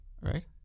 Right